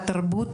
התרבות